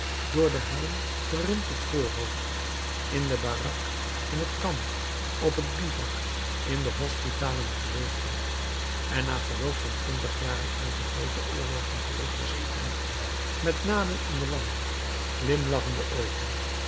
door den helm gerimpeld voorhoofd in de barak in het kamp op het bivouak in de hospitalen geleefd had en na verloop van twintig jaren uit de groote oorlogen terug was gekeerd met naden in de wang glimlachende oogen